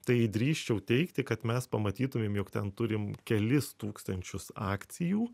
tai drįsčiau teigti kad mes pamatytumėm jog ten turim kelis tūkstančius akcijų